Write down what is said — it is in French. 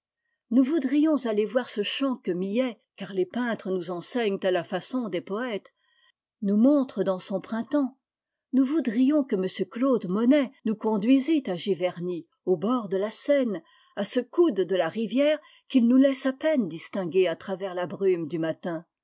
nous voudrions aller voir ce champ que millet car les peintres nous enseignent à la façon des poètes nous montre dans son printemps nous voudrions que m claude monet nous conduisît à giverny au bord de la seine à ce coude de la rivière qu'il nous laisse à peine distinguer à travers la brume du matin